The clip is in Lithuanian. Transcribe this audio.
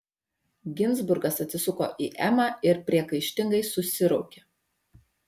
ginzburgas atsisuko į emą ir priekaištingai susiraukė